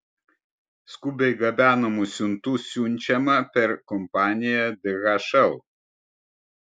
skubiai gabenamų siuntų siunčiama per kompaniją dhl